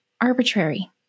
arbitrary